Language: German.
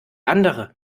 andere